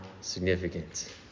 significant